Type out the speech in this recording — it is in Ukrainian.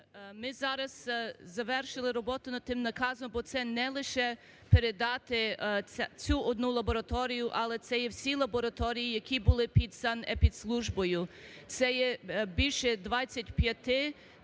Ми зараз завершили роботу над тим наказом, бо це не лише передати цю одну лабораторію, але це є всі лабораторії, які були під санепідслужбою. Це є більше